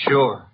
Sure